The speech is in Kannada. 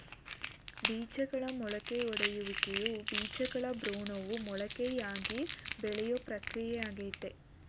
ಬೀಜಗಳ ಮೊಳಕೆಯೊಡೆಯುವಿಕೆಯು ಬೀಜಗಳ ಭ್ರೂಣವು ಮೊಳಕೆಯಾಗಿ ಬೆಳೆಯೋ ಪ್ರಕ್ರಿಯೆಯಾಗಯ್ತೆ